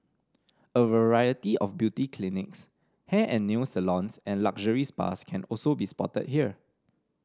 a variety of beauty clinics hair and nail salons and luxury spas can also be spotted here